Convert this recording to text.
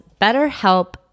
betterhelp